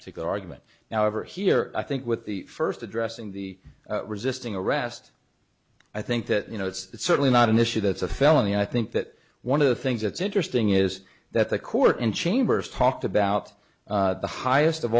particular argument now over here i think with the first addressing the resisting arrest i think that you know it's certainly not an issue that's a felony i think that one of the things that's interesting is that the court in chambers talked about the highest of